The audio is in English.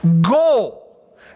goal